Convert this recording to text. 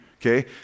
okay